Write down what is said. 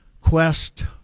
quest